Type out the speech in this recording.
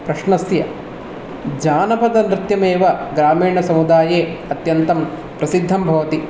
प्रश्नस्य जानपदनृत्यमेव ग्रामीणसमुदाये अत्यन्तं प्रसिद्धं भवति